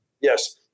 Yes